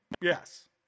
yes